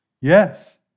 Yes